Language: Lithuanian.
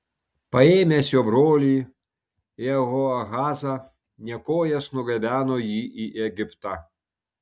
paėmęs jo brolį jehoahazą nekojas nugabeno jį į egiptą